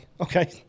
Okay